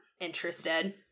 interested